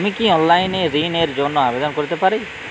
আমি কি অনলাইন এ ঋণ র জন্য আবেদন করতে পারি?